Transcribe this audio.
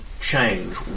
...change